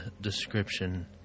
description